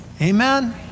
amen